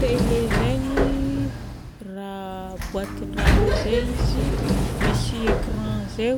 Télé zegny raha boatin-draha zay izy, misy écran zay